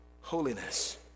holiness